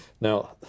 now